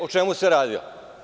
O čemu se radilo?